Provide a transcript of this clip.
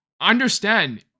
understand